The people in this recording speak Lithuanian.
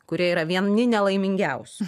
kurie yra vieni nelaimingiausių